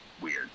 weird